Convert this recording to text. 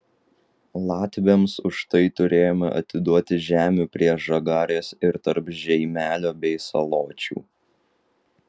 latviams už tai turėjome atiduoti žemių prie žagarės ir tarp žeimelio bei saločių